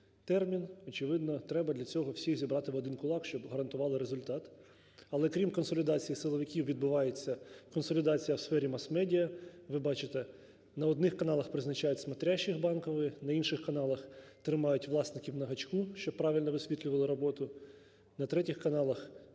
термін, очевидно, треба для цього всіх зібрати в один кулак, щоб гарантували результат. Але крім консолідації силовиків відбувається консолідація в сфері мас-медіа. Ви бачите: на одних каналах призначають "смотрящих" Банкової, на інших каналах тримають власників на гачку, щоб правильно висвітлювали роботу, на третіх каналах